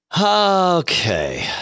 Okay